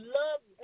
love